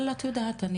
אני